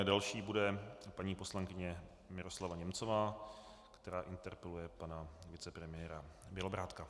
Další bude paní poslankyně Miroslava Němcová, která interpeluje pana vicepremiéra Bělobrádka.